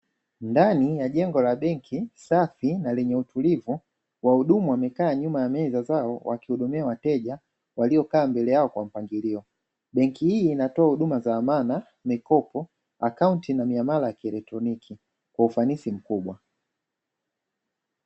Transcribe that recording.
Ndani ya jengo la benki safi na yenye utulivu wahudumu wamekaa nyuma ya meza zao wakihudumia wateja waliokaa mbele yao kwa mpangilio; benki hii inatoa huduma za amana, mikopo, akaunti, na miamala ya kielektroniki kwa ufanisi mkubwa.